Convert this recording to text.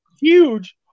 huge